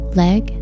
leg